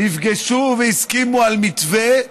נפגשו והסכימו על מתווה,